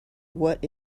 what